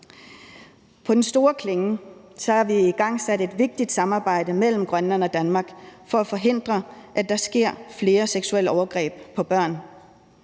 På den store skala har vi igangsat et vigtigt samarbejde mellem Grønland og Danmark for at forhindre, at der sker flere seksuelle overgreb på børn.